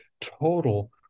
total